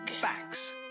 facts